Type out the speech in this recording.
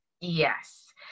Yes